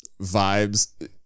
vibes